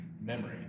memory